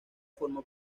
formó